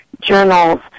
journals